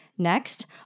next